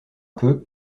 peu